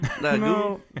No